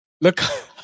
look